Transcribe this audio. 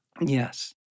Yes